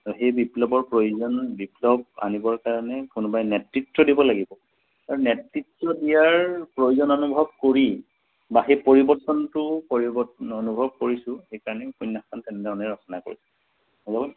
সেই বিপ্লৱৰ প্ৰয়োজন বিপ্লৱ আনিবৰ কাৰণে কোনোবাই নেতৃত্ব দিব লাগিব আৰু নেতৃত্ব দিয়াৰ প্ৰয়োজন অনুভৱ কৰি বা সেই পৰিৱৰ্তনটো পৰিৱৰ্তন অনুভৱ কৰিছোঁ সেইকাৰণে উপন্যাসখন তেনেধৰণে ৰচনা কৰিছোঁ হ'ল